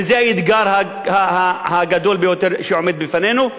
וזה האתגר הגדול ביותר שעומד בפנינו.